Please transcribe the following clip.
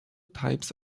types